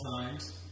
times